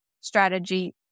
strategy